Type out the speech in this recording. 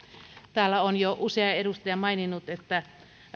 täällä on jo usea edustaja maininnut että